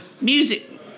Music